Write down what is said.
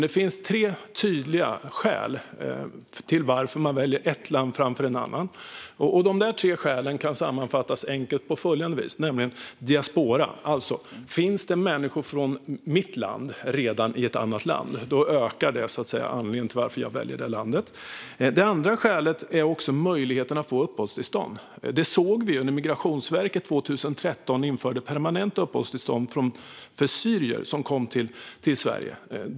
Det finns tre tydliga skäl till att man väljer ett land framför ett annat, och de kan enkelt sammanfattas på följande vis. Det första handlar om diasporan. Om det finns människor från det egna landet ökar det sannolikheten att man ska välja det landet. Det andra skälet handlar om möjligheten att få uppehållstillstånd. Det såg vi när Migrationsverket år 2013 införde permanenta uppehållstillstånd för syrier som kom till Sverige.